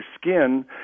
skin